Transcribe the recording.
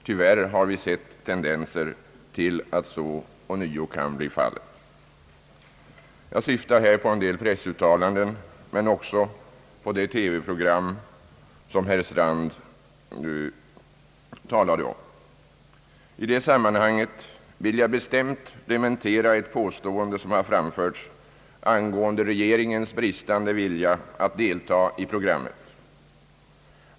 Tyvärr har vi sett tendenser till att så ånyo kan bli fallet. Jag syftar här på en del pressuttalanden, men också på det TV-program som herr förste vice talmannen nämnde. I det sammanhanget vill jag bestämt dementera ett påstående som har framförts angående regeringens bristande vilja att delta i programmet.